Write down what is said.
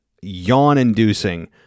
yawn-inducing